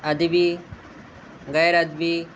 ادبی غیرادبی